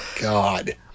God